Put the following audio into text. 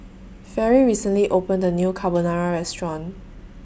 Fairy recently opened A New Carbonara Restaurant